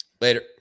Later